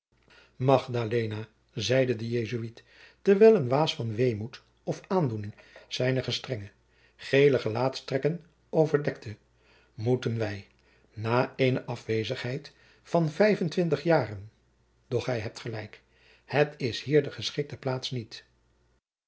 zeide de jesuit terwijl een waas van weemoed of aandoening zijne gestrenge geele gelaatstrekken overdekte moeten wij na eene afwezigheid van vijfentwintig jaren doch gij hebt gelijk het is hier de geschikte plaats niet